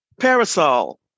parasol